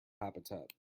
habitat